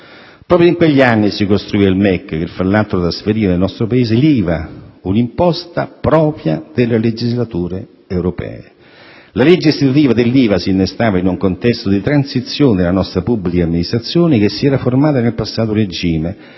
Proprio in quegli anni si costruiva il MEC che, fra l'altro, trasferiva nel nostro Paese l'IVA, un'imposta propria delle legislature europee. La legge istitutiva dell'IVA si innestava in un contesto di transizione della nostra pubblica amministrazione che si era formata nel passato regime,